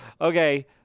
Okay